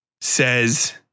says